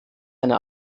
eine